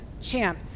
champ